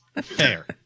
Fair